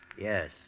Yes